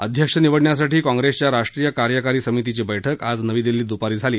अध्यक्ष निवडण्यासाठी काँग्रेसच्या राष्ट्रीय कार्यकारी समितीची बैठक आज नवी दिल्लीत दुपारी झाली